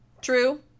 true